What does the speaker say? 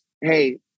hey